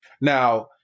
Now